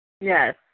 Yes